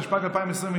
התשפ"ג 2022,